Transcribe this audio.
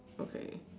okay